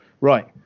right